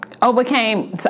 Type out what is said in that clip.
Overcame